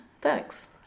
Thanks